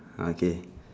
okay